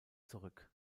zurück